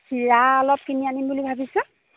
চিৰা অলপ কিনি আনিম বুলি ভাবিছোঁ